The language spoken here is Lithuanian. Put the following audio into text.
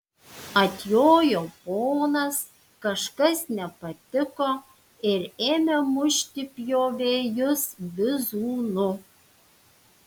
atjojo ponas kažkas nepatiko ir ėmė mušti pjovėjus bizūnu